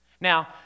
Now